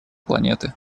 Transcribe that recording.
планеты